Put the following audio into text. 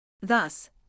Thus